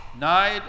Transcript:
Night